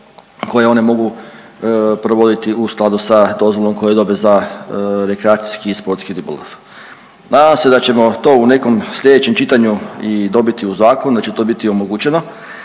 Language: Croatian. koje one mogu provoditi u skladu sa dozvolom koju dobe za rekreacijski i sportski ribolov. Nadam se da ćemo to u nekom sljedećem čitanju i dobiti u zakonu, da će to biti omogućeno,